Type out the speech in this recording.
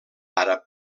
àrab